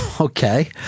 Okay